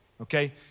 Okay